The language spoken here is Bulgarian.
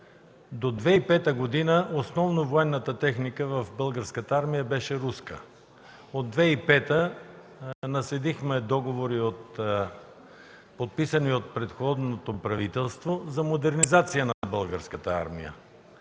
До 2005 г. основно военната техника в Българската армия беше руска. От 2005 г. наследихме договори, подписани от предходното правителство, за модернизация на Българската армия.